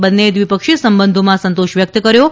બંનેએ દ્વિપક્ષી સંબંધોમાં સંતોષ વ્યક્ત કર્યો હતો